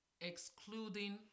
excluding